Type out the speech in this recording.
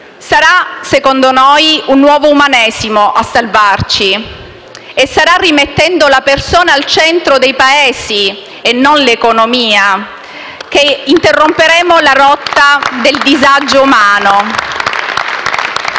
Sarà, secondo noi, un nuovo Umanesimo a salvarci e sarà rimettendo la persona al centro dei Paesi e non l'economia che interromperemo la rotta del disagio umano.